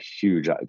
huge